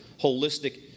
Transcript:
holistic